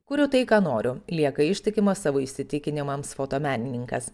kuriu tai ką noriu lieka ištikimas savo įsitikinimams fotomenininkas